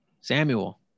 Samuel